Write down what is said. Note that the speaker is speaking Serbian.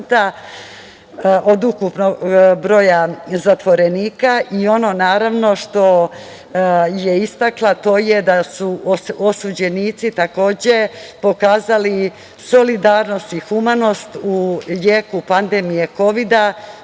od ukupnog broja zatvorenika i ono naravno što je istakla, to je da su osuđenici takođe pokazali solidarnost i humanost u jeku pandemije Kovida